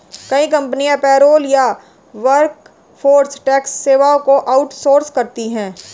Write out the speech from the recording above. कई कंपनियां पेरोल या वर्कफोर्स टैक्स सेवाओं को आउट सोर्स करती है